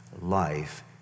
life